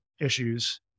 issues